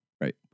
right